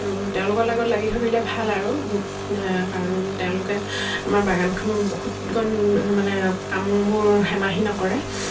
আৰু তেওঁলোকৰ লগত লাগি থাকিলে ভাল আৰু কাৰণ তেওঁলোকে আমাৰ বাগানখন বহুতকণ মানে কামবোৰ হেমাহি নকৰে